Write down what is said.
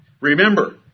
Remember